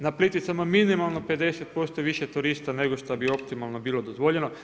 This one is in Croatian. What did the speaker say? Na Plitvicama minimalno 50% više turista, nego što bi optimalno bilo dozvoljeno.